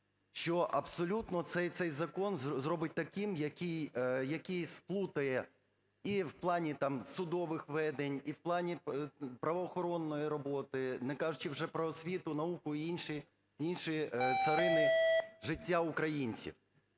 що абсолютно цей закон зробить таким, який сплутає і в плані там судових ведень, і в плані правоохоронної роботи, не кажучи вже про освіту, науку і інші-інші царини життя українців.